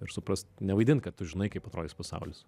ir suprast ne vaidint kad tu žinai kaip atrodys pasaulis